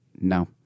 no